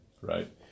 right